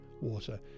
water